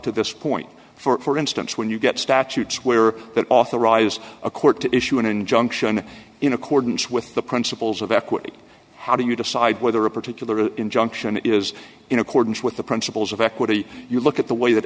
to this point for instance when you get statutes where that authorizes a court to issue an injunction in accordance with the principles of equity how do you decide whether a particular injunction is in accordance with the principles of equity you look at the way that